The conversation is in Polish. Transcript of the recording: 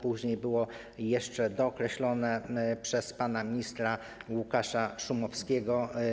Później było to jeszcze dookreślone przez pana ministra Łukasza Szumowskiego.